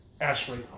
Ashley